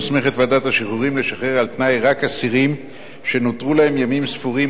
מוסמכת ועדת השחרורים לשחרר על-תנאי רק אסירים שנותרו להם ימים ספורים,